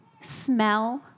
smell